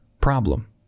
problem